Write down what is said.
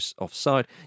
offside